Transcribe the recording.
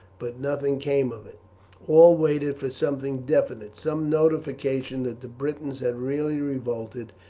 but nothing came of it all waited for something definite, some notification that the britons had really revolted,